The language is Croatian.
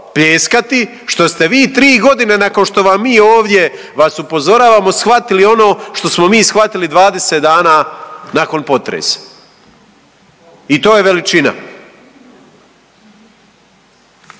pljeskati što ste vi tri godine nakon što vam mi ovdje upozoravamo shvatili ono što smo mi shvatili 20 dana nakon potresa. I to je veličina?